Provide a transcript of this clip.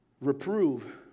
Reprove